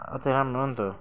अझ राम्रो हो नि त